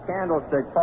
Candlestick